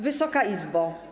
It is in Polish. Wysoka Izbo!